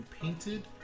painted